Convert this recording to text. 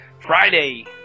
Friday